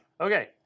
Okay